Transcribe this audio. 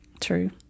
True